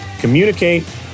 communicate